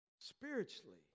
spiritually